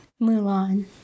mulan